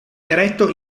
eretto